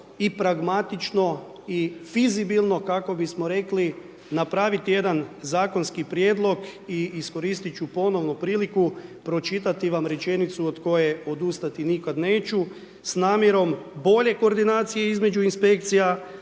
i pragmatično i fizibilno kako bismo rekli napraviti jedan zakonski prijedlog i iskoristiti ću ponovno priliku pročitati vam rečenicu od koje odustati nikad neću s namjerom bolje koordinacije između inspekcija,